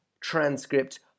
transcript